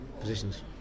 positions